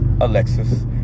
Alexis